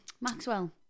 Maxwell